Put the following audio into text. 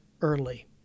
early